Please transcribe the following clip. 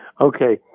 Okay